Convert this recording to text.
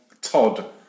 Todd